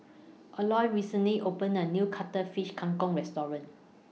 Eloy recently opened A New Cuttlefish Kang Kong Restaurant